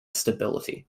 stability